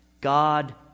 God